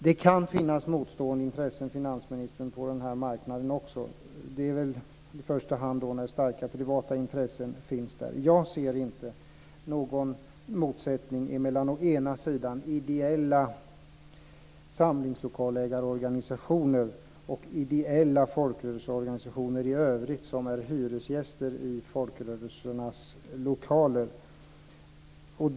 Det kan finnas motstående intressen på den här marknaden också, finansministern, i första hand när det finns starka privata intressen. Jag ser inte någon motsättning mellan ideella samlingslokalsägarorganisationer och ideella folkrörelseorganisationer i övrigt som är hyresgäster i folkrörelsernas lokaler.